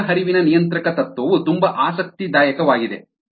ಸಾಮೂಹಿಕ ಹರಿವಿನ ನಿಯಂತ್ರಕ ತತ್ವವು ತುಂಬಾ ಆಸಕ್ತಿದಾಯಕವಾಗಿದೆ